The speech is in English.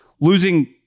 losing